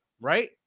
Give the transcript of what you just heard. right